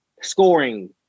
scoring